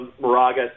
Moraga